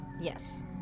Yes